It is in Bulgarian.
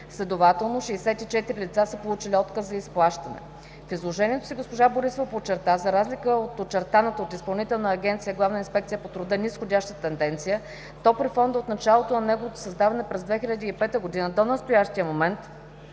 Следователно 64 лица са получили отказ за изплащане. В изложението си госпожа Борисова подчерта, че за разлика от очертаната от Изпълнителна агенция „Главна инспекция по труда“ низходяща тенденция, то при Фонда от началото на неговото създаване през 2005 г. до настоящия момент